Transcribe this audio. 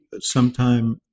sometime